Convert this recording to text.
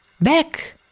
Back